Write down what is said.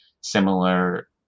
similar